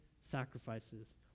sacrifices